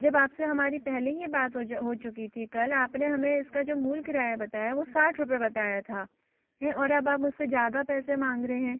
जब आपसे हमारी पहले ही बात हो जा हो चुकी थी कल आपने हमें इसका जो मूल किराया बताया वह साठ रुपये बताया था हैं और अब आप मुझसे ज़्यादा पैसे माँग रहे हैं